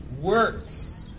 works